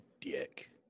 dick